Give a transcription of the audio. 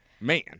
man